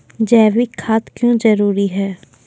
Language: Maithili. जैविक खाद क्यो जरूरी हैं?